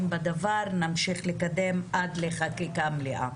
בדבר נמשיך לקדם עד לחקיקה מלאה.